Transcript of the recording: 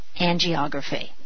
angiography